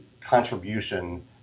contribution